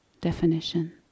definition